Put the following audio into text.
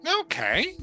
Okay